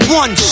one